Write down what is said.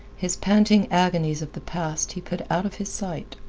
his panting agonies of the past he put out of his sight.